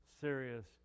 serious